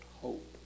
hope